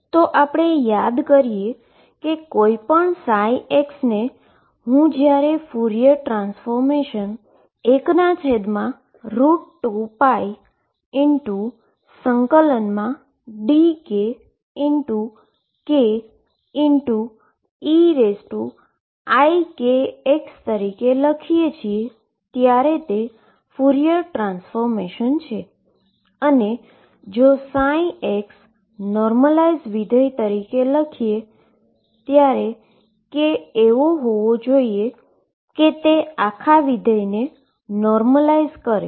તો આપણે યાદ કરીએ કે કોઈપણ ψ ને હું જ્યારે Fourier transformation 12π ∫dk k eikx તરીકે લખીએ છીએ ત્યારે તે ફુરિયર ટ્રાન્સફોર્મેશન છે અને જો ψ નોર્મલાઈઝ ફંક્શન તરીકે લખીએ ત્યારે k એવો હોવો જોઈએ કે તે આખા ફંક્શન ને નોર્મલાઇઝ કરે